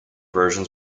versions